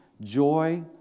Joy